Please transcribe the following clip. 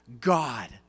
God